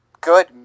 good